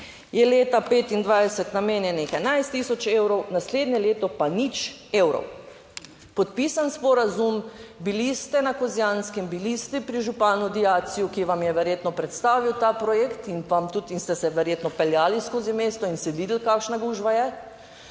je leta 2025 namenjenih 11 tisoč evrov, naslednje leto pa nič evrov, podpisan sporazum, bili ste na Kozjanskem, bili ste pri županu Diaciju, ki vam je verjetno predstavil ta projekt in pa tudi in ste se verjetno peljali skozi mesto in se videli kakšna gužva je,